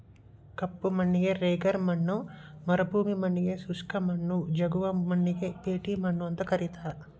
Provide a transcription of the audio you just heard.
ಕಪ್ಪು ಮಣ್ಣಿಗೆ ರೆಗರ್ ಮಣ್ಣ ಮರುಭೂಮಿ ಮಣ್ಣಗೆ ಶುಷ್ಕ ಮಣ್ಣು, ಜವುಗು ಮಣ್ಣಿಗೆ ಪೇಟಿ ಮಣ್ಣು ಅಂತ ಕರೇತಾರ